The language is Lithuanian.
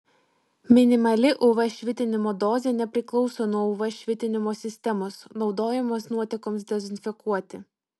minimali uv švitinimo dozė nepriklauso nuo uv švitinimo sistemos naudojamos nuotekoms dezinfekuoti